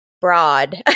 broad